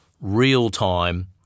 real-time